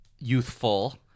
youthful